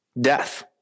death